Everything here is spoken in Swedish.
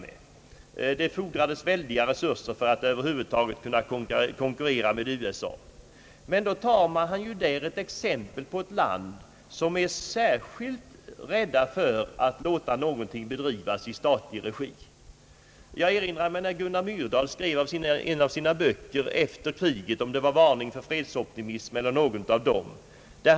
Det fordrades stora resurser för att över huvud taget kunna konkurrera med USA. Då tar han som exempel ett land där man är särskilt rädd för att låta någonting bedrivas i statlig regi. Jag erinrar mig vad Gunnar Myrdal skrev i en av sina böcker efter kriget — om det var »Varning för fredsoptimism» eller någon annan.